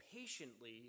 patiently